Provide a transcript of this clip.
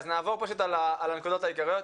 נעבור על הנקודות העיקריות,